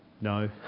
No